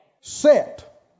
Set